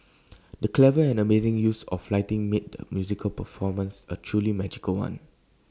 the clever and amazing use of lighting made the musical performance A truly magical one